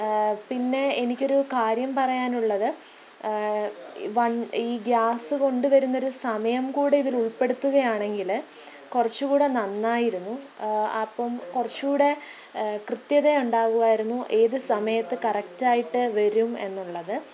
പിന്നെ എനിക്കൊരു കാര്യം പറയാനുള്ളത് വൺ ഈ ഗ്യാസ്സ് കൊണ്ടു വരുന്നൊരു സമയം കൂടിതിലുൾപ്പെടുത്തുകയാണെങ്കില് കുറച്ചും കൂടെ നന്നായിരുന്നു അപ്പം കുറച്ചും കൂടെ കൃത്യത ഉണ്ടാകുമായിരുന്നു ഏത് സമയത്ത് കറക്ടായിട്ട് വരും എന്നുള്ളത്